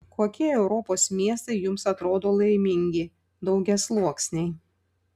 kokie europos miestai jums atrodo laimingi daugiasluoksniai